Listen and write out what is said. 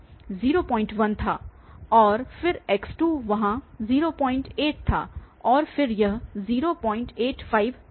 तो x1 01 था और फिर x2 वहाँ 08 था और फिर यह 085 देगा